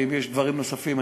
ואם יש דברים נוספים,